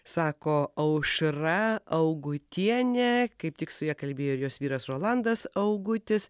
sako aušra augutienė kaip tik su ja kalbėjo ir jos vyras rolandas augutis